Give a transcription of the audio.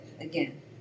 again